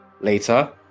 later